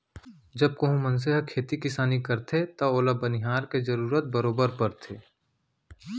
जब कोहूं मनसे ह खेती किसानी करथे तव ओला बनिहार के जरूरत बरोबर परथे